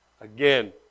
Again